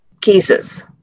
cases